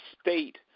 state